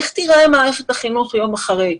איך תראה מערכת החינוך יום אחרי.